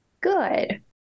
Good